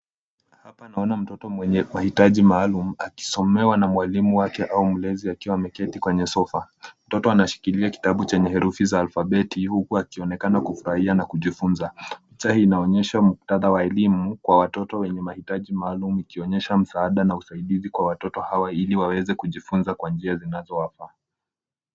Hapa naona mtoto mwenye mahitaji maalum akisomewa na mwalimu wake au mlezi wake akiwa ameketi kwenye sofa, mtoto anashikilia kitabu chenye herufi za alafabeti huku akionekana kufurahia na kujifunza. Picha inaonyesha muktadha wa elimu kwa watoto wenye mahitaji maaluma ikionyesha msaada na usaidizi kwa watoto hawa ili waweze kujifunza kwa njia zinazowafaa.